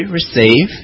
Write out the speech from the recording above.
receive